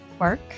work